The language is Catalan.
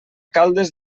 caldes